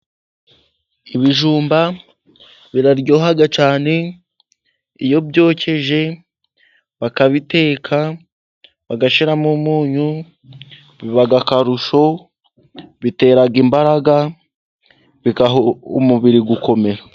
Ibijumba biraryoha cyane. Iyo byokeje bakabiteka, bagashiramo umunyu, biba akarusho, bitera imbaraga bigaha umubiri gukomera.